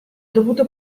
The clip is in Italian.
dovuto